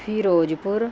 Firozpur